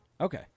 Okay